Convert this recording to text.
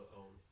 own